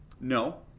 No